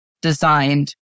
designed